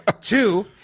Two